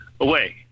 away